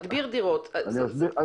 מדביר דירות זאת התמחות, לא?